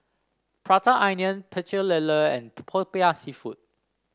Prata Onion Pecel Lele and popiah seafood